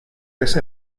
ese